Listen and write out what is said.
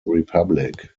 republic